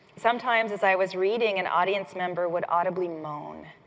sometimes, as i was reading, an audience member would audibly moan.